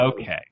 Okay